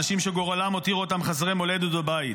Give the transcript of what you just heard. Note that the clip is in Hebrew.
אנשים שגורלם הותיר אותם חסרי מולדת בבית.